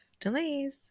delays